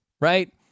right